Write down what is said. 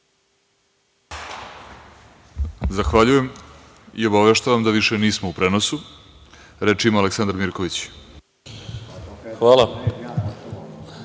Zahvaljujem i obaveštavam da više nismo u prenosu. Reč ima Aleksandar Mirković. Izvolite.